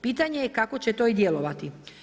Pitanje je kako će to i djelovati.